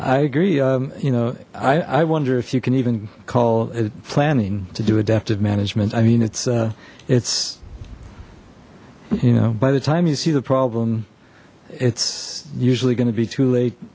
i agree you know i i wonder if you can even call it planning to do adaptive management i mean it's it's you know by the time you see the problem it's usually going to be too late